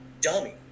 dummy